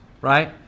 right